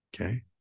Okay